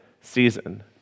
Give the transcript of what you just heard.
season